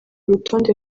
urutonde